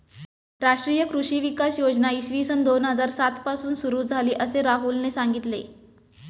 राष्ट्रीय कृषी विकास योजना इसवी सन दोन हजार सात पासून सुरू झाली, असे राहुलने सांगितले